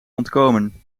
ontkomen